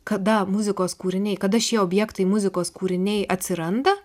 kada muzikos kūriniai kada šie objektai muzikos kūriniai atsiranda